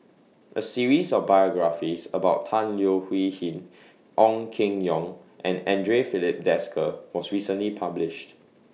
A series of biographies about Tan Leo Hui Hin Ong Keng Yong and Andre Filipe Desker was recently published